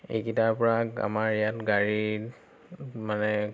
এইকেইটাৰ পৰা আমাৰ ইয়াত গাড়ী মানে